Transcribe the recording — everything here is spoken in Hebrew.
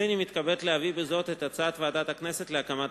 הנני מתכבד להביא בזאת את הצעת ועדת הכנסת להקמת